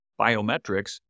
biometrics